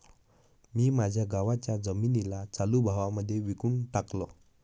मी माझ्या गावाच्या जमिनीला चालू भावा मध्येच विकून टाकलं